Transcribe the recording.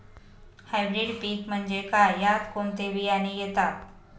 Hybrid पीक म्हणजे काय? यात कोणते बियाणे येतात?